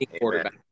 quarterback